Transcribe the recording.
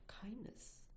kindness